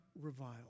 revile